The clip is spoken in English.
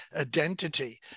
identity